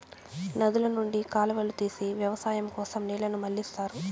నదుల నుండి కాలువలు తీసి వ్యవసాయం కోసం నీళ్ళను మళ్ళిస్తారు